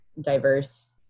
diverse